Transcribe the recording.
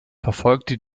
verfolgte